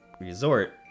Resort